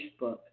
facebook